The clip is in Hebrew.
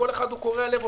כל אחד הוא קורע לב,